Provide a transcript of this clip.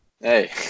Hey